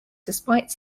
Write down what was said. despite